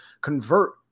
convert